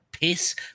piss